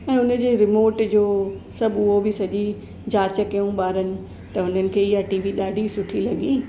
ऐं हुनजे रीमोट जो सभु उहो बि सॼी जाच कयूं ॿारनि त हुननि खे इहा टीवी ॾाढी सुठी लॻी